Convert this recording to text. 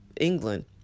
England